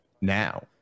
now